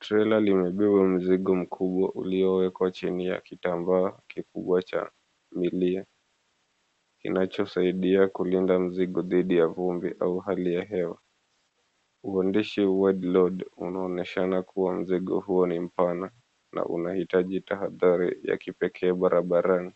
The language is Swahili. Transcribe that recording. Trela limebeba mzigo mkubwa uliowekwa chini ya kitambaa kikubwa cha milia kinachosaidia kulinda mzigo dhidi ya vumbi au hali ya hewa. Uandishi, "Wide Load" unaonyeshana kuwa mzigo huo ni mpana, na unahitaji tahadhari ya kipekee barabarani.